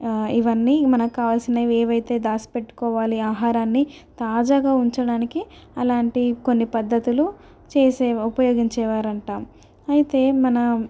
ఇవన్నీ మనకు కావాల్సినవి ఏవైతే దాచి పెట్టుకోవాలి ఆహారాన్ని తాజాగా ఉంచడానికి అలాంటి కొన్ని పద్ధతులు చేసే ఉపయోగించేవారంట అయితే మనం